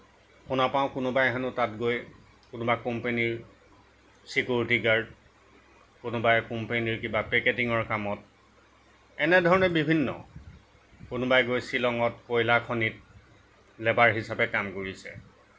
শুনা পাওঁ কোনোবাই হেনো তাত গৈ কোনোবা কোম্পানিৰ ছিকিয়ৰিটি গাৰ্ড কোনোবাই কোম্পানীৰ কিবা পেকেটিঙৰ কামত এনে ধৰণে বিভিন্ন কোনোবাই গৈ শ্বিলঙত কয়লাখনিত লেবাৰ হিচাপে কাম কৰিছে